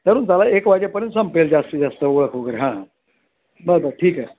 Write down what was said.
धरून चाला एक वाजेपर्यंत संपेल जास्तीत जास्त ओळख वगैरे हां बरं बर ठीक आहे